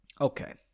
Okay